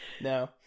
No